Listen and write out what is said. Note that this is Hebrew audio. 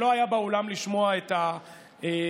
שלא היה באולם לשמוע את התשובה,